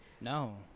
No